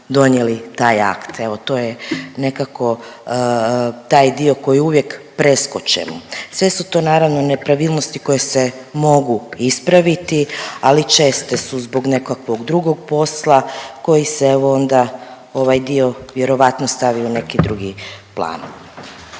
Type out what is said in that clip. donijeli taj akt. Evo to je nekako taj dio koji uvijek preskočimo. Sve su to naravno nepravilnosti koje se mogu ispraviti, ali česte su zbog nekakvog drugog posla koji se evo onda ovaj dio vjerovatno stavi u neki drugi plan.